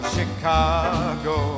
Chicago